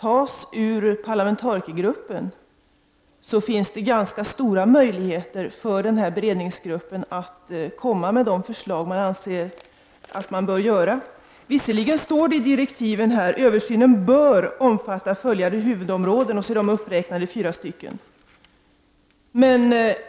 tas ur parlamentarikergruppen finns det stora möjligheter för beredningsgruppen att komma med de förslag man anser att man bör göra. Visserligen står det i direktiven: ”Över synen bör omfatta följande huvudområden”, och sedan är de uppräknade i fyra stycken.